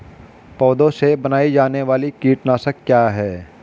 पौधों से बनाई जाने वाली कीटनाशक क्या है?